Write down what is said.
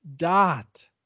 dot